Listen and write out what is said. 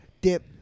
dip